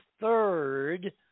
third